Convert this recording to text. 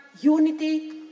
unity